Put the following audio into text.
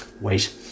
wait